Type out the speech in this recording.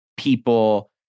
people